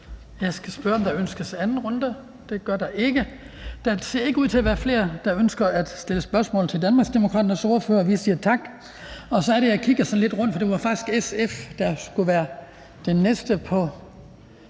Jeg skal spørge, om der ønskes en anden kort bemærkning. Det gør der ikke. Der ser ikke ud til at være flere, der ønsker at stille spørgsmål til Danmarksdemokraternes ordfører, så vi siger tak. Og så er det, jeg kigger sådan lidt rundt, for det var faktisk SF, der skulle være den næste på